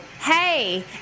Hey